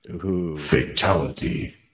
Fatality